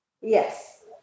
Yes